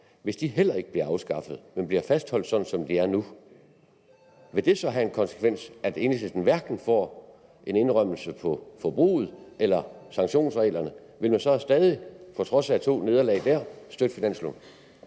hvis de heller ikke bliver afskaffet, men bliver fastholdt sådan som de er nu? Vil det så have som konsekvens, at Enhedslisten – hvis man hverken får en indrømmelse på forbruget eller sanktionsreglerne – stadig, på trods af to nederlag der, vil støtte finansloven?